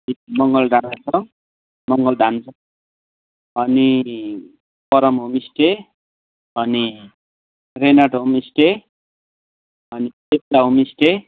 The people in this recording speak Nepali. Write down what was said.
मङ्गल डाँडा छ मङ्गलधाम अनि परम होमस्टे अनि रेनार्ड होमस्टे अनि एकता होमस्टे